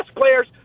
players